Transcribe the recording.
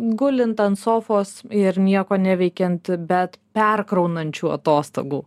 gulint ant sofos ir nieko neveikiant bet perkraunančių atostogų